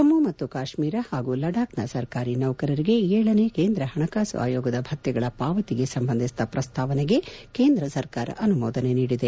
ಜಮ್ಮು ಮತ್ತು ಕಾಶ್ಮೀರ ಹಾಗೂ ಲಡಾಖ್ ನ ಸರ್ಕಾರಿ ನೌಕರರಿಗೆ ಏಳನೇ ಕೇಂದ್ರ ಪಣಕಾಸು ಆಯೋಗದ ಭತ್ತೆಗಳ ಪಾವತಿಗೆ ಸಂಬಂಧಿಸಿದ ಪ್ರಸ್ತಾವನೆಗೆ ಕೇಂದ್ರ ಸರ್ಕಾರ ಅನುಮೋದನೆ ನೀಡಿದೆ